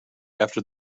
after